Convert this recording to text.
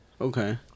Okay